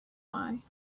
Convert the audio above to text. why